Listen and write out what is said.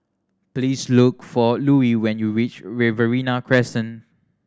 please look for Louie when you reach Riverina Crescent